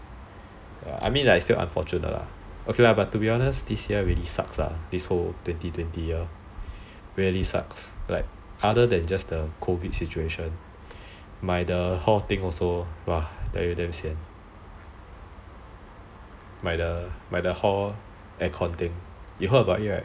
I mean it's still unfortunate lah but to be honest this year really sucks lah this whole twenty twenty really sucks like other than just the COVID situation my the hall thing also I tell you !wah! damn sian like my hall the aircon thing